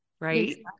right